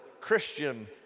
Christian